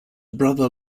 brother